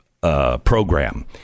program